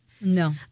No